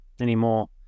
anymore